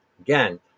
Again